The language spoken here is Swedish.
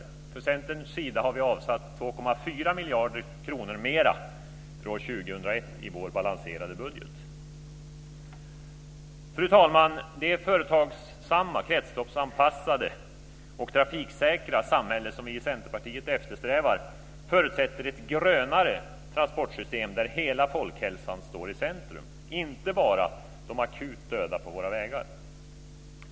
Vi har från Centerns sida i vår balanserade budget avsatt 2,4 miljarder kronor mera för år 2001. Fru talman! Det företagsamma, kretsloppsanpassade och trafiksäkra samhälle som vi i Centerpartiet eftersträvar förutsätter ett grönare transportsystem, där hela folkhälsan står i centrum, inte bara de akut döda på våra vägar.